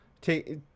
take